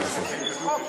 בבקשה.